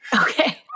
okay